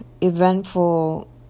eventful